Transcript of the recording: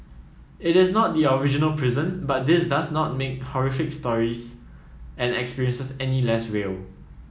it is not the original prison but this does not make horrific stories and experiences any less real